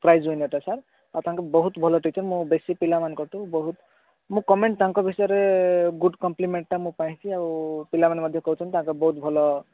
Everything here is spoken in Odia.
ପ୍ରାଇଜ୍ ୱିନର୍ ସାର୍ ଆଉ ତାଙ୍କେ ବହୁତ ଭଲ ଟିଚର୍ ମୁଁ ବେଶୀ ପିଲାମାନଙ୍କ ଠୁ ବହୁତ ମୁଁ କମେଣ୍ଟ ତାଙ୍କ ବିଷୟରେ ଗୁଡ଼୍ କମ୍ପଲିମେଣ୍ଟଟା ମୁଁ ପାଇଛି ଆଉ ପିଲାମାନେ ମଧ୍ୟ କହୁଛନ୍ତି ତାଙ୍କେ ବହୁତ ଭଲ